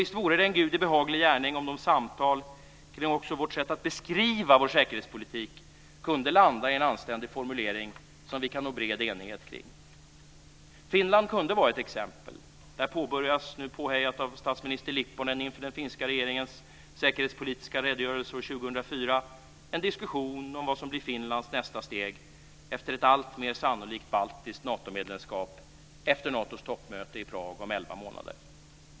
Visst vore det en Gudi behaglig gärning om de samtal kring också vårt sätt att beskriva vår säkerhetspolitik kunde landa i en anständig formulering som vi kan nå bred enighet kring. Finland kunde vara ett exempel. Där påbörjas - nu påhejat av statsminister Lipponen inför den finska regeringens säkerhetspolitiska redogörelse år 2004 - en diskussion om vad som blir Finlands nästa steg efter ett alltmer sannolikt baltiskt Natomedlemskap efter Natos toppmöte i Prag om elva månader.